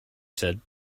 said